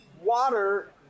water